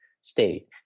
State